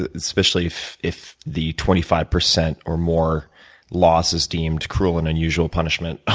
ah especially if if the twenty five percent or more loss is deemed cruel and unusual punishment.